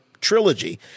trilogy